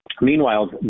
Meanwhile